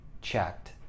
checked